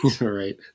Right